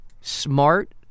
smart